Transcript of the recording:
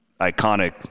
iconic